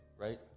Right